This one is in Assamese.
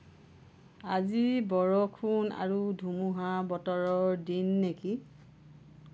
আজি বৰষুণ আৰু ধুমুহাৰ বতৰৰ দিন নেকি